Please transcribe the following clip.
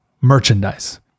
merchandise